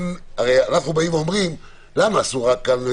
אנחנו אומרים: למה עשו רק כאן?